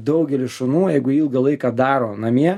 daugelis šunų jeigu ilgą laiką daro namie